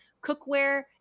cookware